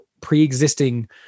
pre-existing